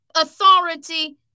authority